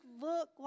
look